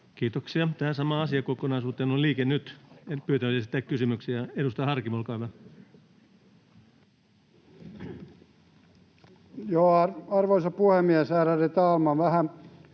lisää. Tähän samaan asiakokonaisuuteen on Liike Nyt pyytänyt esittää kysymyksen. — Edustaja Harkimo, olkaa hyvä. Arvoisa puhemies, ärade talman!